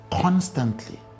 constantly